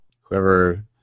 Whoever